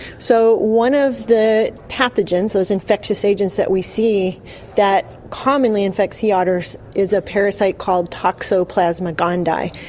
so one of the pathogens, those infectious agents that we see that commonly infect sea otters is a parasite called toxoplasma gondii,